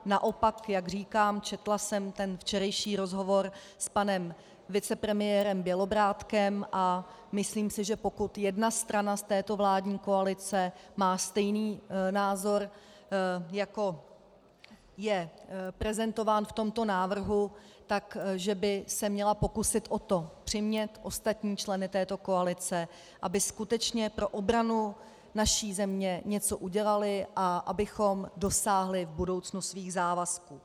Naopak, jak říkám, četla jsem ten včerejší rozhovor s panem vicepremiérem Bělobrádkem a myslím si, že pokud jedna strana z této vládní koalice má stejný názor, jako je prezentován v tomto návrhu, že by se měla pokusit o to přimět ostatní členy této koalice, aby skutečně pro obranu naší země něco udělali a abychom dosáhli v budoucnu svých závazků.